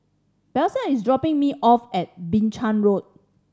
Blaise is dropping me off at Binchang Walk